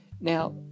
Now